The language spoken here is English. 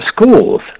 schools